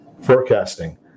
forecasting